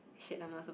shit I'm not supposed